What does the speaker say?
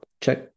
Check